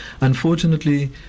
unfortunately